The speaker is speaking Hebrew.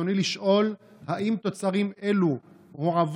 רצוני לשאול: 1. האם תוצרים אלו הועברו